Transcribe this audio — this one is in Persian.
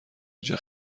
اینجا